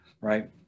right